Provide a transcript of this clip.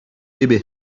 برای